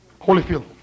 Holyfield